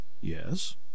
Yes